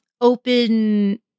open